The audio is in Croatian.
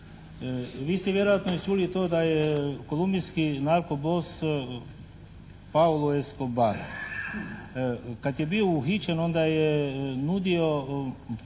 Vi ste vjerojatno i čuli to da je kolumbijski narkobos Paulo Escobar. Kad je bio uhićen onda je nudio